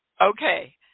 Okay